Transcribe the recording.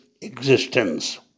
existence